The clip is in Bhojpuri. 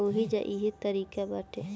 ओहुजा इहे तारिका बाटे